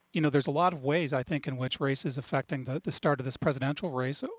you know there's a lot of ways i think in which race is affecting the the start of this presidential race. so